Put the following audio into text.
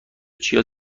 چیا